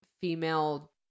female